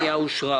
הפנייה אושרה.